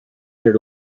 here